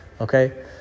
okay